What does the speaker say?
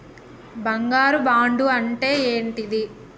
బంగారు బాండు అంటే ఏంటిది?